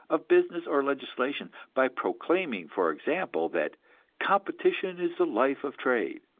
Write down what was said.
of business or legislation, by proclaiming, for example, that competition is the life of trade.